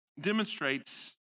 demonstrates